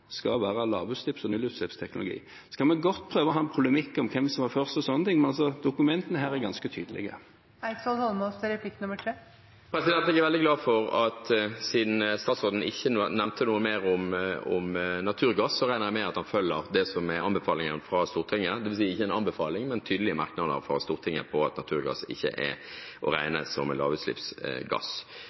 skal bruke lavutslipps- og nullutslippsteknologi. Så kan vi godt prøve å ha en polemikk om hvem som var først og sånne ting, men dokumentene her er altså ganske tydelige. Jeg er veldig glad for at siden statsråden ikke nevnte noe mer om naturgass, regner jeg med at han følger det som er anbefalingen fra Stortinget, dvs. ikke en anbefaling, men tydelige merknader fra Stortinget om at naturgass ikke er å regne som en lavutslippsgass.